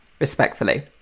respectfully